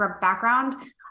background